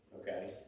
Okay